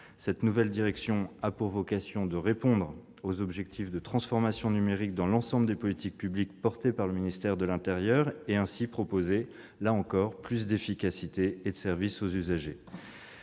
Cette nouvelle direction a pour vocation de répondre aux objectifs de transformation numérique dans l'ensemble des politiques publiques assumées par le ministère de l'intérieur et de proposer ainsi plus d'efficacité et de services aux usagers.